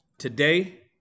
Today